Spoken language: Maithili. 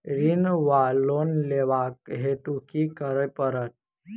ऋण वा लोन लेबाक हेतु की करऽ पड़त?